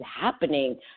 happening